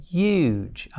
huge